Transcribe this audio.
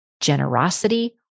generosity